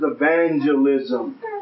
evangelism